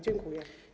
Dziękuję.